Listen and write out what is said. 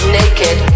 naked